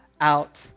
out